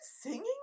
singing